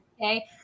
okay